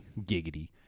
giggity